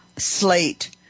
Slate